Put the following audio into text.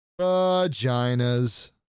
vaginas